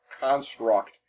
construct